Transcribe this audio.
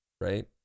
right